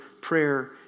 prayer